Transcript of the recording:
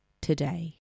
today